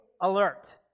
alert